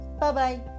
Bye-bye